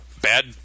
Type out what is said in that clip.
bad